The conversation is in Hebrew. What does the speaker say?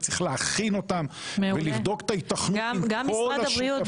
וצריך להכין אותם ולבדוק את ההיתכנות עם כל השותפים.